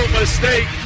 mistake